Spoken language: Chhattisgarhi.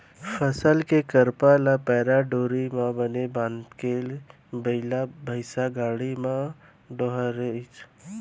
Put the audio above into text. फसल के करपा ल पैरा डोरी म बने बांधके बइला भइसा गाड़ी म डोहारतिस